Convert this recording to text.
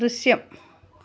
ദൃശ്യം